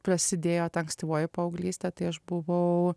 prasidėjo ta ankstyvoji paauglystė tai aš buvau